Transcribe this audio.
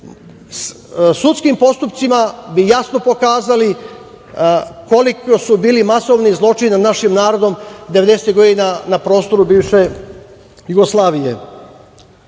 sudskim postupcima bi jasno pokazali koliko su bili masovni zločini nad našim narodom devedesetih godina na prostoru bivše Jugoslavije. Važno